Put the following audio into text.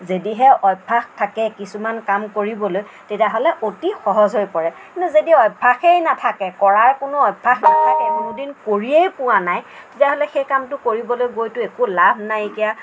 যদিহে অভ্যাস থাকে কিছুমান কাম কৰিবলৈ তেতিয়া হ'লে অতি সহজ হৈ পৰে কিন্তু যদি অভ্যাসেই নাথাকে কৰাৰ কোনো অভ্যাসেই নাথাকে কোনো দিন কৰিয়েই পোৱা নাই তেতিয়া হ'লে সেই কামটো কৰিবলৈ গৈ টো একো লাভ নাইকিয়া